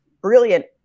brilliant